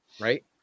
right